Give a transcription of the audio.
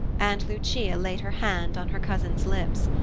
and lucia laid her hand on her cousin's lips.